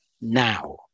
Now